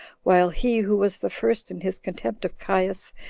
while he who was the first in his contempt of caius,